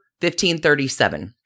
1537